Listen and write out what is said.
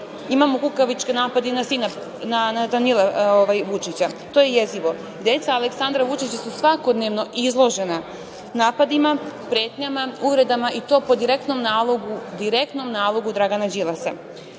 imamo kukavičke napade i na sina, Danila Vučića. To je jezivo. Deca Aleksandra Vučića su svakodnevno izložena napadima, pretnjama, uvredama, i to po direktnom nalogu Dragana Đilasa.